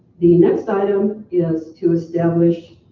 the next item is to establish